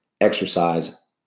exercise